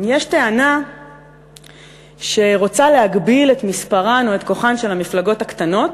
יש טענה שרוצה להגביל את מספרן או את כוחן של המפלגות הקטנות